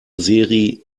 seri